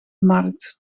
markt